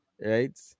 Right